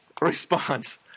response